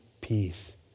peace